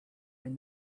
when